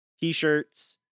T-shirts